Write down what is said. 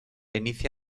inicia